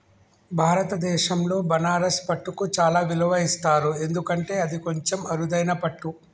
భారతదేశంలో బనారస్ పట్టుకు చాలా విలువ ఇస్తారు ఎందుకంటే అది కొంచెం అరుదైన పట్టు